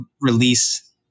release